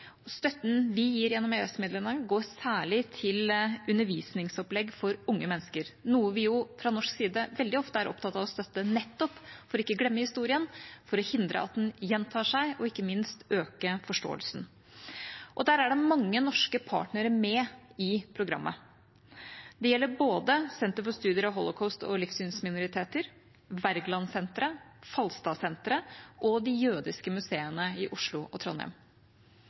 Støtten vi gir gjennom EØS-midlene, går særlig til undervisningsopplegg for unge mennesker, noe vi fra norsk side veldig ofte er opptatt av å støtte, nettopp for ikke å glemme historien, for å hindre at den gjentar seg, og ikke minst for å øke forståelsen. Der er det mange norske partnere med i programmet. Det gjelder både Senter for studier av Holocaust og livssynsminoriteter, Wergelandsenteret, Falstadsenteret og de jødiske museene i Oslo og Trondheim.